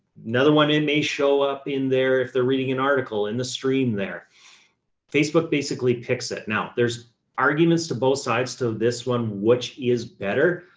ah, another one in may show up in there. if they're reading an article in the stream, their facebook basically picks it. now there's arguments to both sides, to this one, which is better.